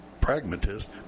pragmatist